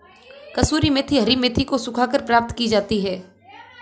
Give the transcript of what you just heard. कसूरी मेथी हरी मेथी को सुखाकर प्राप्त की जाती है